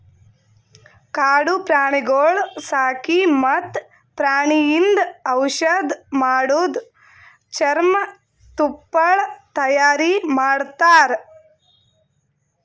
ಕಾಡು ಪ್ರಾಣಿಗೊಳ್ ಸಾಕಿ ಮತ್ತ್ ಪ್ರಾಣಿಯಿಂದ್ ಔಷಧ್ ಮಾಡದು, ಚರ್ಮ, ತುಪ್ಪಳ ತೈಯಾರಿ ಮಾಡ್ತಾರ